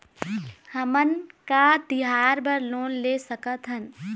हमन का तिहार बर लोन ले सकथन?